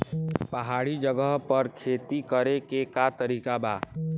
पहाड़ी जगह पर खेती करे के का तरीका बा?